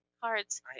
cards